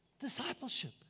discipleship